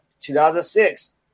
2006